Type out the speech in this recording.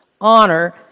honor